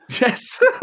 Yes